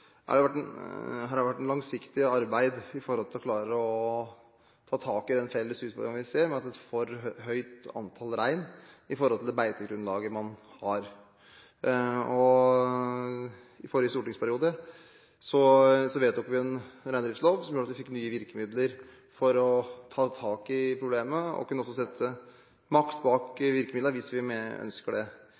vært et langsiktig arbeid for å klare å ta tak i den felles utfordringen vi ser med et for høyt antall rein i forhold til beitegrunnlaget. I forrige stortingsperiode vedtok vi en reindriftslov som gjorde at vi fikk nye virkemidler for å ta tak i problemet og kunne også sette makt bak virkemidlene hvis vi ønsket det. Vi kommer ikke til å ta initiativ til noen nye lovendringer eller nye regelverksendringer nå. Vi er opptatt av å følge opp det